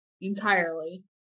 entirely